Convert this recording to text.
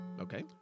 Okay